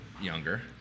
younger